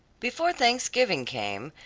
before thanksgiving came,